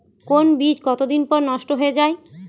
কোন বীজ কতদিন পর নষ্ট হয়ে য়ায়?